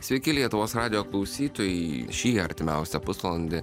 sveiki lietuvos radijo klausytojai šį artimiausią pusvalandį